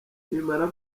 nimara